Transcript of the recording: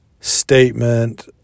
statement